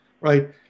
right